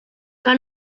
que